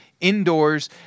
indoors